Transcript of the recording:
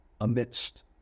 amidst